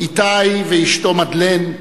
איתי ואשתו מדלן,